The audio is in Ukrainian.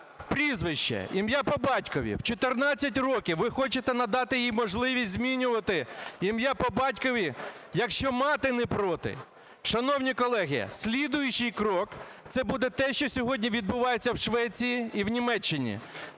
прізвище, ім'я по батькові. В 14 років ви хочете надати їй можливість змінювати ім'я по батькові, якщо мати не проти. Шановні колеги, слідуючий крок – це буде те, що сьогодні відбувається в Швеції і в Німеччині.